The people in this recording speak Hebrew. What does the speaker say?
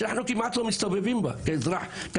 אנחנו כמעט לא מסתובבים בה רגלית,